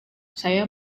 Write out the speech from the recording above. saya